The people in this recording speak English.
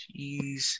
Jeez